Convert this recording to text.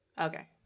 Okay